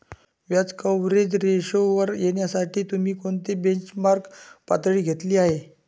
व्याज कव्हरेज रेशोवर येण्यासाठी तुम्ही कोणती बेंचमार्क पातळी घेतली आहे?